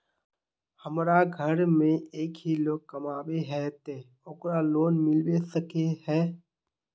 हमरा घर में एक ही लोग कमाबै है ते ओकरा लोन मिलबे सके है?